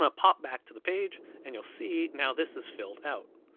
ah pop back to the page, and you'll see now this is filled out.